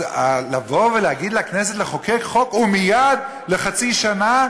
אז לבוא ולהגיד לכנסת לחוקק חוק ומייד לחצי שנה,